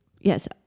yes